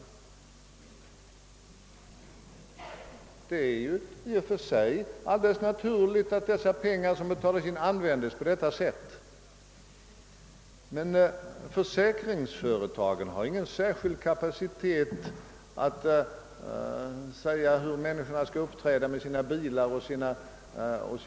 Det är i och för sig alldeles naturligt att de pengar som betalas in används på detta sätt. Försäkringsföretag har emellertid ingen särskild kapacitet eller rätt att föreskriva hur människor skall förfara med sina bilar och sina hus.